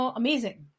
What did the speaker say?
amazing